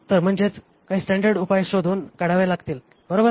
तर म्हणजेच काही स्टॅंडर्ड उपाय योग्य शोधून काढावे लागतील बरोबर ना